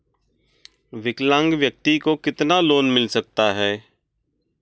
विकलांग व्यक्ति को कितना लोंन मिल सकता है?